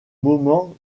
moment